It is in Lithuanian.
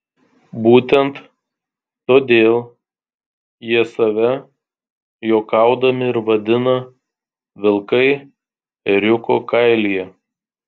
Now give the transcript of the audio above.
būtent todėl jie save juokaudami ir vadina vilkai ėriuko kailyje